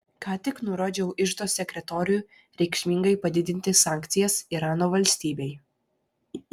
ką tik nurodžiau iždo sekretoriui reikšmingai padidinti sankcijas irano valstybei